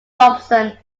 dobson